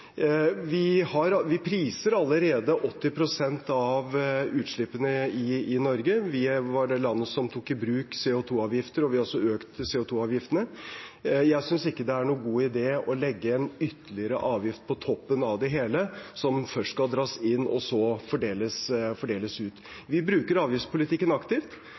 Vi priser allerede 80 pst. av utslippene i Norge. Vi var det landet som tok i bruk CO 2 -avgifter, og vi har også økt CO 2 -avgiftene. Jeg synes ikke det er noen god idé å legge en ytterligere avgift på toppen av det hele, som først skal dras inn, og så fordeles ut. Vi bruker avgiftspolitikken aktivt.